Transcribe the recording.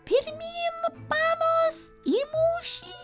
pirmyn panos į mūšį